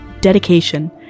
dedication